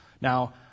Now